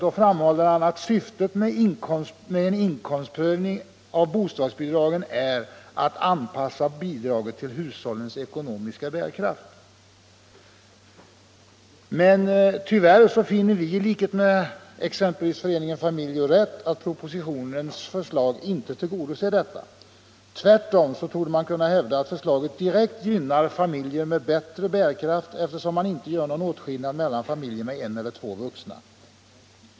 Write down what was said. Han framhåller att syftet med en inkomstprövning av bostadsbidragen är att anpassa bidragen till hushållens ekonomiska bärkraft. Men tyvärr finner vi i likhet med exempelvis föreningen Familj och rätt att propositionens förslag inte tillgodoser detta syfte. Tvärtom torde man kunna hävda att förslaget direkt gynnar familjer med bättre bärkraft, eftersom man inte gör någon åtskillnad mellan familjer med en eller två vuxna.